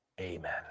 Amen